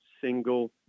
single